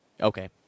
Okay